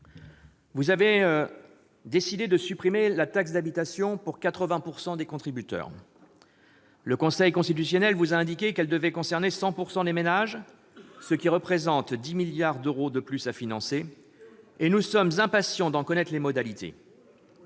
Vous avez décidé de supprimer la taxe d'habitation pour 80 % des contributeurs. Le Conseil constitutionnel vous a indiqué que cette mesure devait concerner 100 % des ménages, ce qui représente 10 milliards d'euros de plus à financer. Eh oui ! Nous sommes impatients d'en connaître les modalités.